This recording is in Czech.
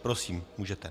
Prosím, můžete.